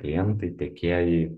klientai tiekėjai